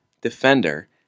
defender